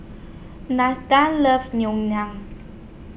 loves Ngoh Liang